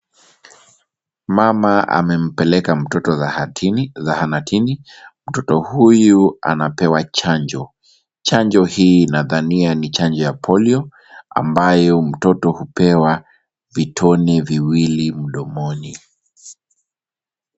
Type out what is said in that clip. Mama amempeleka mtoto zahatini, zahanatini mtoto huyu anapewa chanjo, chanjo hii nadhania ni chanjo ya polio ambayo mtoto hupewa vitone viwili mdomoni.